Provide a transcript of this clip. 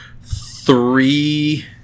three